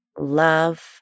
love